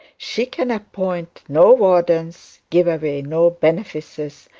she can appoint no wardens, give away no benefices,